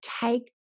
take